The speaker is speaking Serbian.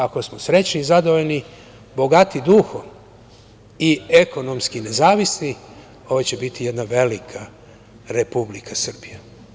Ako smo srećni i zadovoljni, bogati duhom i ekonomski nezavisni, ovo će biti jedna velika Republika Srbija.